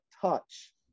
touch